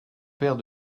père